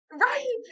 Right